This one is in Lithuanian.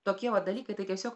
tokie va dalykai tai tiesiog